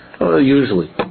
usually